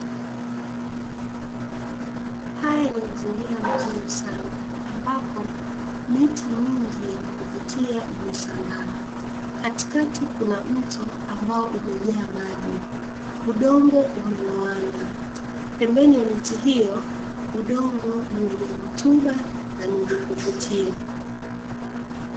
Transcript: Haya ni mazingira mazuri sana, ambapo miti mingi yenye kuvutia imesambaa. Katikati kuna mto ambao umejaa maji, udongo umeloana. Pembeni ya miti hiyo udongo ni wenye rutuba na ni wenye kuvutia.